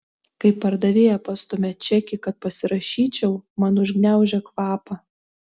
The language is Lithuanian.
kai pardavėja pastumia čekį kad pasirašyčiau man užgniaužia kvapą